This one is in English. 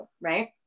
Right